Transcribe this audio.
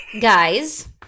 guys